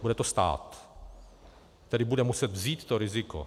Bude to stát, který bude muset vzít to riziko.